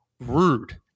rude